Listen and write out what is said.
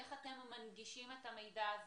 איך אתם מנגישים את המידע הזה.